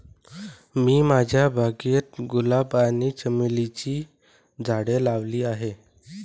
मी माझ्या बागेत गुलाब आणि चमेलीची झाडे लावली आहे